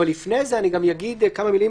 אבל לפני זה אני אגיד כמה מילים